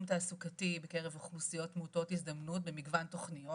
תעסוקתי בקרב אוכלוסיות מעוטות הזדמנות במגוון תוכניות.